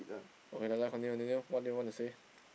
okay lah continue continue what do you wanna say